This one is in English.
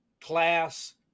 class